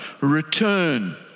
return